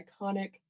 iconic